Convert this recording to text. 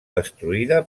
destruïda